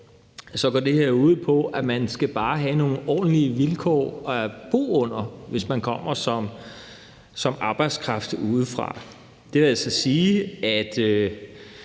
går det her ud på, at man bare skal have nogle ordentlige vilkår at bo under, hvis man kommer som arbejdskraft udefra. Det vil altså sige, at